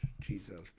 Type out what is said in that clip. Jesus